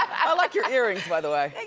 i like your earrings by the way.